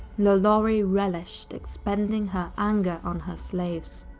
lalaurie relished expending her anger on her slaves.